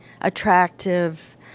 attractive